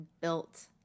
built